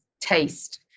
taste